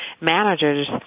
managers